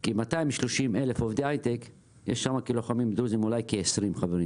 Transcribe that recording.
יש כ-230,000 עובדי הייטק וביניהם אולי 20 דרוזים.